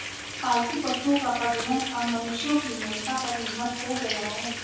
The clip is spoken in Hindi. पालतू पशुओं का प्रजनन अब मनुष्यों की मंसा पर निर्भर हो गया है